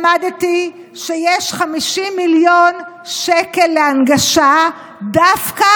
למדתי שיש 50 מיליון שקל להנגשה דווקא